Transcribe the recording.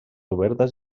obertes